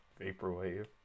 VaporWave